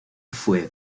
fue